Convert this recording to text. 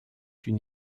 une